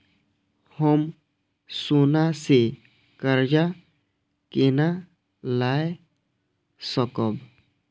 हम सोना से कर्जा केना लाय सकब?